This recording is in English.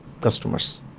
customers